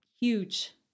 huge